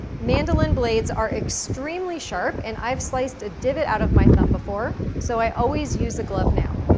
mandoline blades are extremely sharp, and i've sliced a divot out of my thumb before, so i always use a glove now.